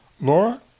Laura